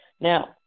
Now